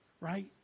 right